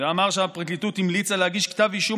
ואמר שהפרקליטות המליצה להגיש כתב אישום